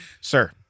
sir